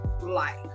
life